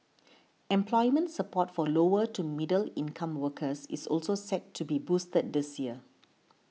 employment support for lower to middle income workers is also set to be boosted this year